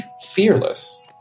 fearless